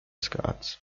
scots